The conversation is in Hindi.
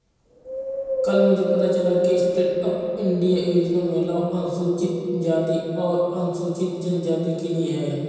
कल मुझे पता चला कि स्टैंडअप इंडिया योजना महिलाओं, अनुसूचित जाति और अनुसूचित जनजाति के लिए है